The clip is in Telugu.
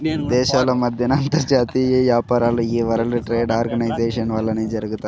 దేశాల మద్దెన అంతర్జాతీయ యాపారాలు ఈ వరల్డ్ ట్రేడ్ ఆర్గనైజేషన్ వల్లనే జరగతాయి